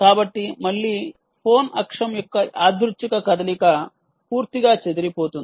కాబట్టి మళ్ళీ ఫోన్ అక్షం యొక్క యాదృచ్ఛిక కదలిక పూర్తిగా చెదిరిపోతుంది